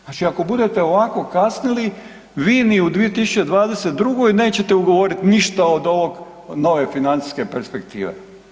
Znači ako budete ovako kasnili vi ni u 2022. nećete ugovorit ništa od ovog, od nove financijske perspektive.